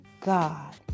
God